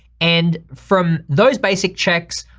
and from those basic checks,